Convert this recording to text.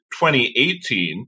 2018